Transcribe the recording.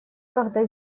когда